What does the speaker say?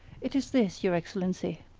it is this, your excellency.